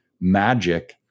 magic